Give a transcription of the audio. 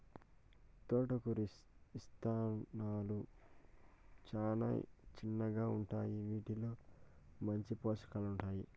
తోటకూర ఇత్తనాలు చానా చిన్నగా ఉంటాయి, వీటిలో మంచి పోషకాలు ఉంటాయి